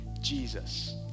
Jesus